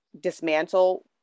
dismantle